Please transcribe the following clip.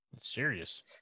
serious